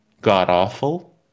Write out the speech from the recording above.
god-awful